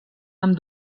amb